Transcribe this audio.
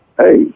hey